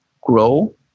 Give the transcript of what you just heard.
grow